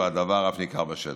והדבר אף ניכר בשטח.